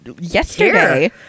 yesterday